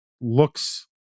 looks